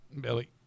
Billy